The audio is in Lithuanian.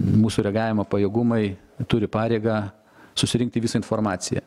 mūsų reagavimo pajėgumai turi pareigą susirinkti visą informaciją